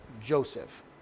Joseph